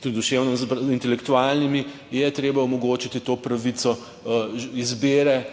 tudi duševno intelektualnimi, je treba omogočiti pravico do izbire